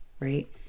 right